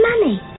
money